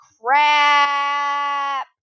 crap